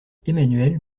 emmanuelle